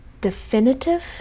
definitive